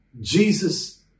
Jesus